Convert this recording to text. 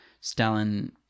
Stalin